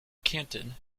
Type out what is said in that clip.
canton